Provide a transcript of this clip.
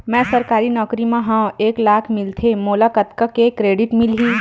मैं सरकारी नौकरी मा हाव एक लाख मिलथे मोला कतका के क्रेडिट मिलही?